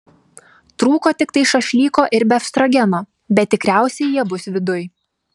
trūko tiktai šašlyko ir befstrogeno bet tikriausiai jie bus viduj